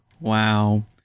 wow